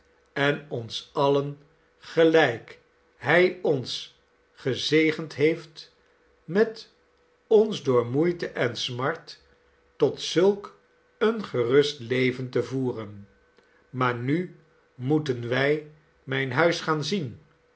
en ons alien gelijk hij ons gezegend heeft met ons door moeite en smart tot zulk een gerust leven te voeren maar nu moeten wij mijn huis gaan zien